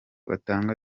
atanga